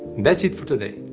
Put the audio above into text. that's it for today,